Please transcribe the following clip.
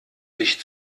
sich